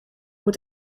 moet